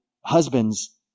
husbands